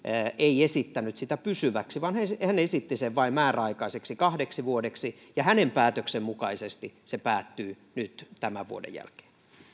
ei esittänyt sitä pysyväksi vaan hän esitti sen vain määräaikaiseksi kahdeksi vuodeksi ja hänen päätöksensä mukaisesti se päättyy nyt tämän vuoden jälkeen